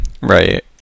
Right